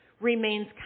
remains